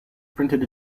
printed